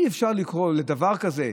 אי-אפשר לקרוא לדבר כזה.